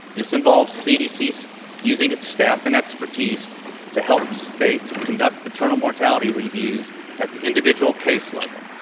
this involves cdc using its staff and expertise to help states conduct maternal mortality reviews at the individual case level,